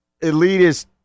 elitist